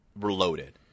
Reloaded